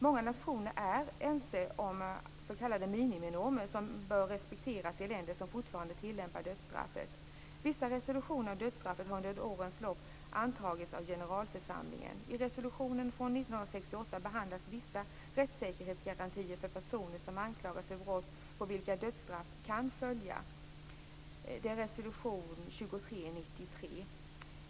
Många nationer är ense om s.k. miniminormer, som bör respekteras i länder som fortfarande tillämpar dödsstraffet. Vissa resolutioner om dödsstraffet har under årens lopp antagits av generalförsamlingen. I resolutionen från 1968 behandlas vissa rättssäkerhetsgarantier för personer som anklagas för brott på vilka dödsstraff kan följa. Det är resolution 2393.